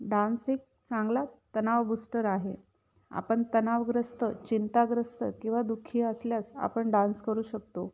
dance एक चांगला तणाव बूस्टर आहे आपण तणावग्रस्त चिंताग्रस्त किंवा दुःखी असल्यास आपण डान्स करू शकतो